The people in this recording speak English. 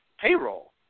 payroll